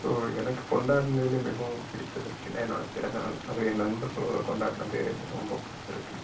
so எனக்கு கொண்டாடுனதில் மிகவும் பிடித்தது அப்படின்னா என்னோட பிறந்தநாள் அது என் நண்பர்களோடு கொண்டாடினது ரொம்ப பிடிச்சிருக்கு